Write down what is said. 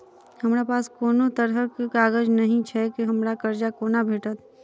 हमरा पास कोनो तरहक कागज नहि छैक हमरा कर्जा कोना भेटत?